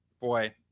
boy